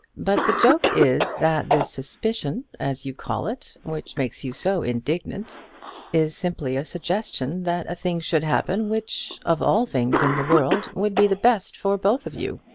but the joke is that this suspicion, as you call it which makes you so indignant is simply a suggestion that a thing should happen which, of all things in the world, would be the best for both of you.